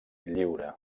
lliure